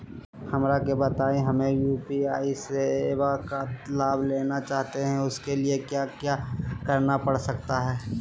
हमरा के बताइए हमें यू.पी.आई सेवा का लाभ लेना चाहते हैं उसके लिए क्या क्या करना पड़ सकता है?